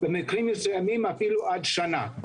במקרים מסוימים אפילו עד שנה.